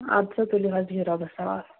اَدٕ سا تُلِو حظ بِہِو رۄبَس حوالہ